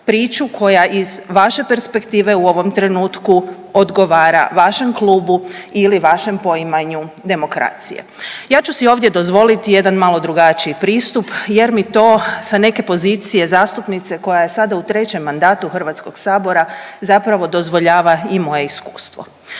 priču koja iz vaše perspektive u ovom trenutku odgovora vašem klubu ili vašem poimanju demokracije. Ja ću si ovdje dozvoliti jedan malo drugačiji pristup jer mi to sa neke pozicije zastupnice koja je sada u trećem mandatu HS zapravo dozvoljava i moje iskustvo.